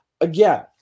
again